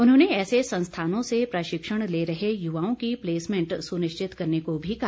उन्होंने ऐसे संस्थानों से प्रशिक्षण ले रहे युवाओं की प्लेसमेंट सुनिश्चित करने को भी कहा